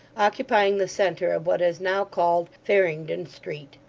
occupying the centre of what is now called farringdon street.